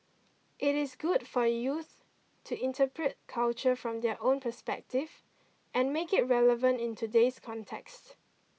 it is good for youth to interpret culture from their own perspective and make it relevant in today's context